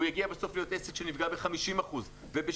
הוא בסוף יגיע להיות עסק שנפגע ב-50% וב-60%,